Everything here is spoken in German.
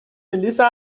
melissa